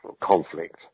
conflict